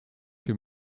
que